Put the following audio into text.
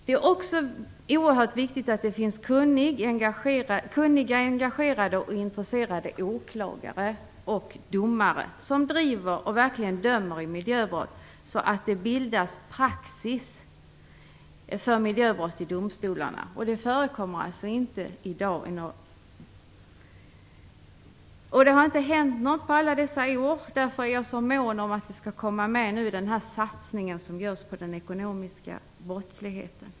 Det är också oerhört viktigt att det finns kunniga, engagerade och intresserade åklagare och domare som driver och dömer miljöbrott så att det bildas praxis för miljöbrott i domstolarna. Det förekommer inte i dag. Det har inte hänt något på många år. Det är därför som jag är så mån om att det skall komma med i den satsning som nu görs på att bekämpa den ekonomiska brottsligheten.